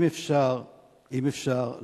אם אפשר,